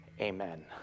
Amen